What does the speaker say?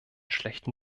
schlechten